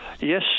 Yes